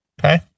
Okay